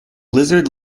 lizard